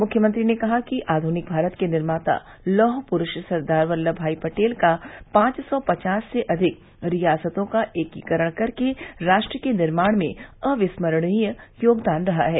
मुख्यमंत्री ने कहा कि आधुनिक भारत के निर्माता लौह पुरूष सरदार वल्लभ भाई पटेल का पांच सौ पचास से अधिक रियासतों का एकीकरण कर के राष्ट्र के निर्माण में अविस्मरणीय योगदान रहा है